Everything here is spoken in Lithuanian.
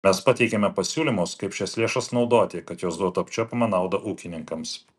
mes pateikėme pasiūlymus kaip šias lėšas naudoti kad jos duotų apčiuopiamą naudą ūkininkams